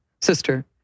sister